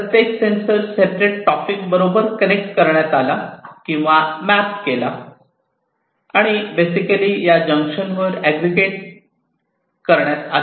प्रत्येक sensor separate topic बरोबर connect करण्यात आला किंवा मॅप केला गेला आणि बेसिकली या जंक्शन वर अग्ग्रेगेटेड करण्यात आले